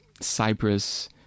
Cyprus